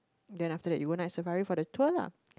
then after that you go Night Safari for the tour lah